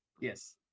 Yes